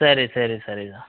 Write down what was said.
ಸರಿ ಸರಿ ಸರಿ ಹಾಂ